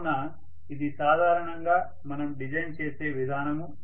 కావున ఇది సాధారణంగా మనం డిజైన్ చేసే విధానము